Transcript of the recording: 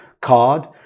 card